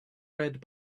red